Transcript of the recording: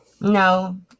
No